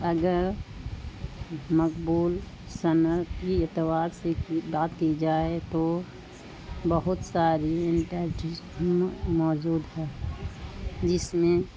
اگر مقبول صنعت کی اعتبار سے کی بات کی جائے تو بہت ساری موجود ہے جس میں